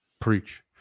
preach